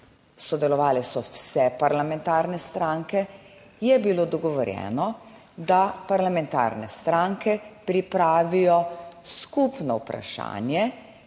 sodelovale so vse parlamentarne stranke, je bilo dogovorjeno, da parlamentarne stranke pripravijo skupno vprašanje,